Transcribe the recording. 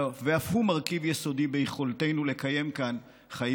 ואף הוא מרכיב יסודי ביכולתנו לקיים כאן חיים